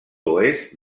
oest